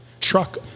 truck